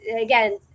Again